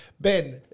Ben